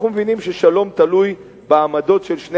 אנחנו מבינים ששלום תלוי בעמדות של שני